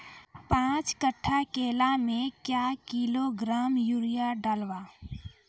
पाँच कट्ठा केला मे क्या किलोग्राम यूरिया डलवा?